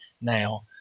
now